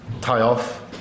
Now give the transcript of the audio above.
tie-off